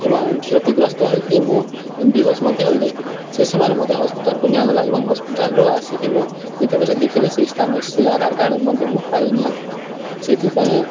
ଏବଂ କ୍ଷତିଗ୍ରସ୍ତ ହୋଇକି ମୁଁ ବେହୋଶ୍ ମଧ୍ୟ ହୋଇଯାଇଥିଲି ସେ ସମୟରେ ମୋତେ ହସ୍ପିଟାଲ୍କୁ ନିଆଗଲା ଏବଂ ହସ୍ପିଟାଲଲ୍ରୁ ଆସିକି ମୁଁ ଯେତେବେଲେ ଦେଖିଲି ସେଇ ସ୍ଥାନ ସେ ଆଧାର କାର୍ଡ଼ ମଧ୍ୟ ମୁଁ ପାଇନଥିଲି ସେଥିପାଇଁ